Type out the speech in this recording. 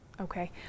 Okay